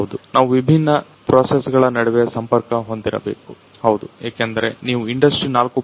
ನಾವು ವಿಭಿನ್ನ ಪ್ರೊಸೆಸ್ ಗಳ ನಡುವೆ ಸಂಪರ್ಕವನ್ನ ಹೊಂದಿರಬೇಕು ಹೌದು ಏಕೆಂದರೆ ನೀವು ಇಂಡಸ್ಟ್ರಿ 4